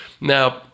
Now